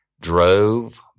drove